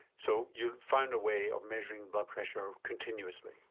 so you found a way of measuring blood pressure continuously?